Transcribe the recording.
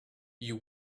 you